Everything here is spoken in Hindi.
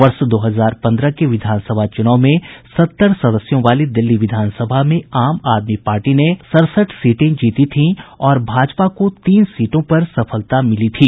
वर्ष दो हजार पन्द्रह के विधानसभा चूनाव में सत्तर सदस्यों वाली दिल्ली विधानसभा में आम आदमी पार्टी ने सड़सठ सीटें जीती थी और भाजपा को तीन सीटों पर सफलता मिली थी